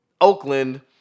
Oakland